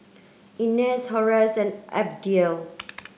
Inez Horace and Abdiel